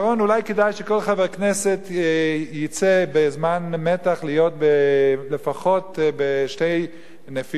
אולי כדאי שכל חבר כנסת יצא בזמן מתח להיות לפחות בשתי נפילות,